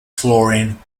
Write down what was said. flooring